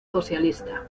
socialista